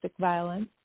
violence